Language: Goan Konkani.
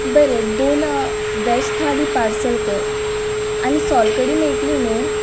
बरें दोन वॅज थाली पार्सल कर आनी सोलकडी मेळटली न्हू